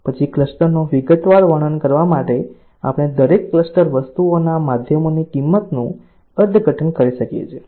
પછી ક્લસ્ટરનું વિગતવાર વર્ણન કરવા માટે આપણે દરેક ક્લસ્ટર વસ્તુઓના માધ્યમોની કિંમતનું અર્થઘટન કરી શકીએ છીએ